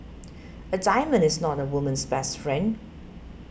a diamond is not a woman's best friend